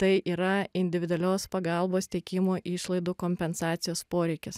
tai yra individualios pagalbos teikimo išlaidų kompensacijos poreikis